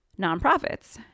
nonprofits